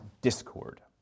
discord